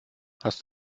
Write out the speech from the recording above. hast